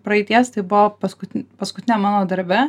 praeities tai buvo paskutinė paskutinė mano darbe